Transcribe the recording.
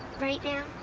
right now,